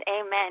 Amen